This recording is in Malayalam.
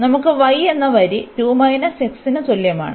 നമുക്ക് y എന്ന വരി ന് തുല്യമാണ്